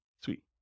Sweet